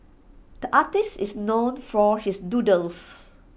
the artist is known for his doodles